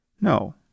No